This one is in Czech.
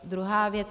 Druhá věc.